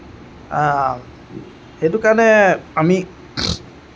সেইটো কাৰণে আমি